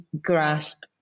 grasp